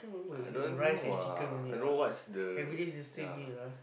I don't know ah I don't know what's the ya